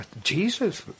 Jesus